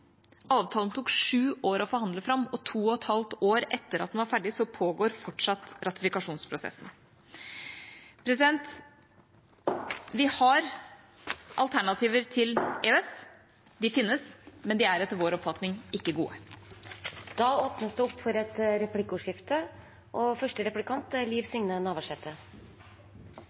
Avtalen tok sju år å forhandle fram, og to og et halvt år etter at den var ferdig, pågår fortsatt ratifikasjonsprosessen. Vi har alternativer til EØS, de finnes, men de er etter vår oppfatning ikke gode. Det blir replikkordskifte. Det